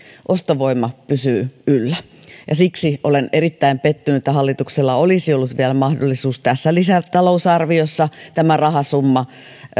ostovoima pysyy yllä siksi olen erittäin pettynyt sillä hallituksella olisi ollut vielä mahdollisuus tässä lisätalousarviossa rahasumma